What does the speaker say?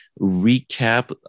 recap